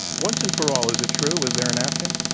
once and for all, is it true, was there a napkin?